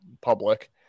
public